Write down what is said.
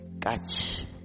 Catch